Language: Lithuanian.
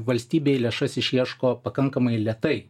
valstybei lėšas išieško pakankamai lėtai